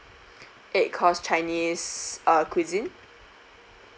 eight course chinese uh cuisine